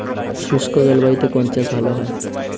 শুষ্ক জলবায়ুতে কোন চাষ ভালো হয়?